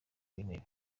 w’intebe